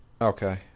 Okay